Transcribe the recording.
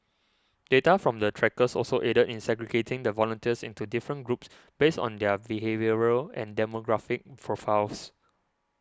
data from the trackers also aided in segregating the volunteers into different groups based on their behavioural and demographic profiles